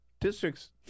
Districts